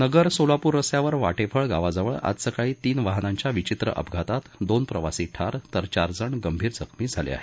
नगर सोलापुर रस्त्यावर वाटेफळ गावाजवळ आज सकाळी तीन वाहनांच्या विचित्र अपघतात दोन प्रवासी ठार तर चारजण गंभीर जखमी झाले आहेत